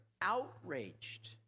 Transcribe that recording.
outraged